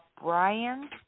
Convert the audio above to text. Brian